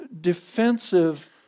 defensive